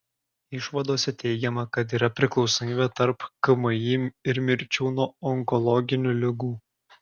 išvadose teigiama kad yra priklausomybė tarp kmi ir mirčių nuo onkologinių ligų